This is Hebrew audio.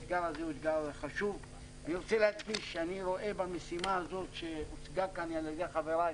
אני רוצה להדגיש שאני רואה במשימה הזאת שהוצגה כאן על ידי חבריי